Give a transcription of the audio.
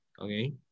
Okay